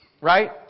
right